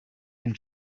and